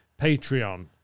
Patreon